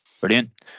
Brilliant